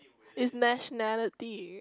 is nationality